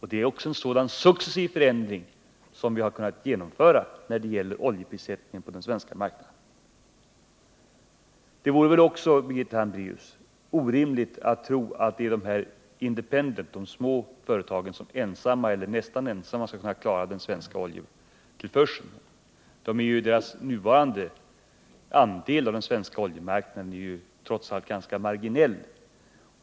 Det är också en successiv förändring som vi har kunnat genomföra när det gäller oljeprissättningen på den svenska marknaden. Det vore väl också, Birgitta Hambraeus, orimligt att tro att de små företagen, de s.k. independent, ensamma eller nästan ensamma skulle kunna klara den svenska oljetillförseln. Deras andel av den svenska oljemarknaden är trots allt ganska marginell.